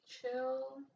chill